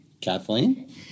Kathleen